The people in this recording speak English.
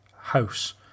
house